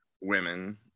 Women